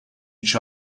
each